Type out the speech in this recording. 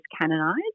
canonized